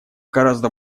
гораздо